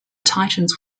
titans